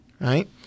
right